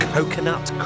Coconut